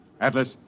Atlas